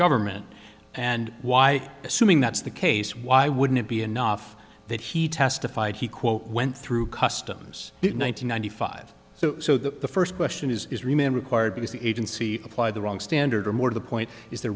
government and why assuming that's the case why wouldn't it be enough that he testified he quote went through customs in one thousand nine hundred five so so that the first question is is remain required because the agency apply the wrong standard or more to the point is